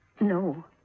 No